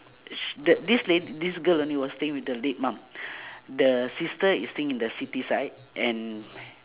sh~ th~ this lad~ this girl only was staying with the late mom the sister is staying in the city side and